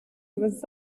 was